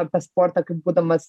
apie sportą kaip būdamas